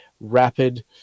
rapid